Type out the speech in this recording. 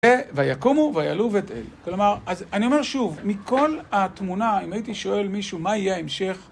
ויקומו ויעלו ותעל. כלומר, אז אני אומר שוב, מכל התמונה, אם הייתי שואל מישהו מה יהיה המשך...